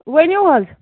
ؤنِو حظ